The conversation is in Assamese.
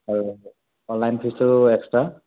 আৰু অনলাইন ফিজটো এক্সট্ৰা